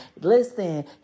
listen